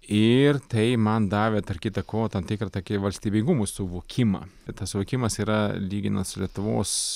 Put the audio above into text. ir tai man davė tarp kita ko tą tokį valstybingumo suvokimą ir tas suvokimas yra lyginant su lietuvos